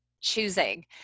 choosing